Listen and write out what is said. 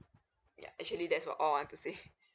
yeah actually that's what all I have to say